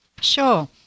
Sure